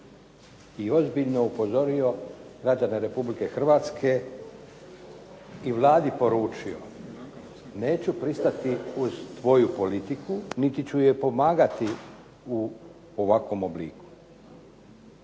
i ozbiljno upozorio građane RH i Vladi poručio "Neću pristati uz tvoju politiku, niti ću je pomagati u ovakvom obliku."